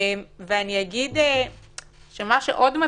יש עוד עניין מטריד.